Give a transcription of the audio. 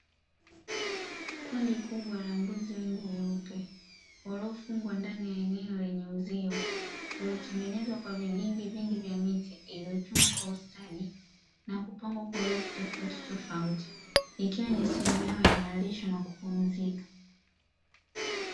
Kundi kubwa la mbuzi wengi weupe waliofungwa ndani ya eneo lenye uzio uliotengenezwa kwa vigingi vingi vya miti iliyochumwa kwa ustadi na kupangwa kwa urefu tofautitofauti, ikiwa ni sehemu yao ya malisho na kupumzika.